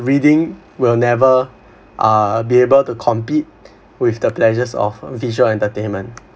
reading will never be able to compete with the pleasures of visual entertainment